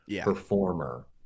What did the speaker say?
performer